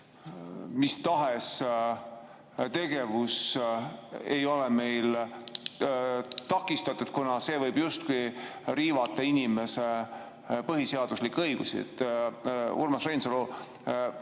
mis tahes tegevus ei ole meil takistatud, kuna see võib justkui riivata inimese põhiseaduslikke õigusi. Urmas Reinsalu